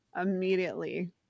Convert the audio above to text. immediately